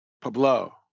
Pablo